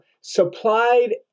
supplied